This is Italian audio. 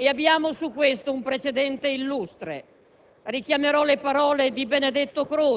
Abbiamo su questo un precedente illustre.